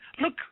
look